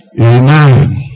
Amen